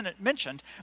mentioned